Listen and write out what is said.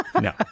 no